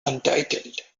untitled